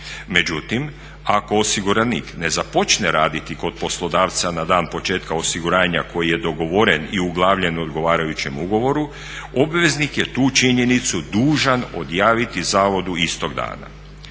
Međutim, ako osiguranik ne započne raditi kod poslodavca na dan početka osiguranja koji je dogovoren i uglavljen u odgovarajućem ugovoru obveznik je tu činjenicu dužan odjaviti zavodu istog dana.